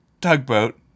tugboat